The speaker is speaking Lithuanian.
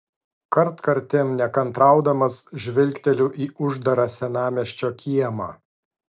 kartkartėm nekantraudamas žvilgteliu į uždarą senamiesčio kiemą